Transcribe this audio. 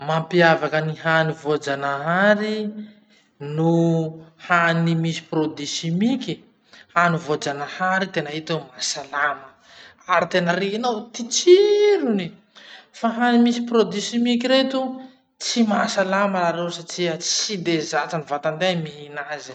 Mampiavaka ny hany voajanahary no hany misy produits chimiques. Hany voajanahary tena hita hoe mahasalama, ary tena renao ty tsirony. Fa hany misy produits chimiques, tsy mahasalama raha reo satria tsy de zatsa ny vantatena mihina azy.